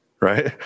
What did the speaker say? right